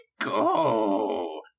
go